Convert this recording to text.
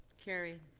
carry.